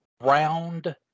round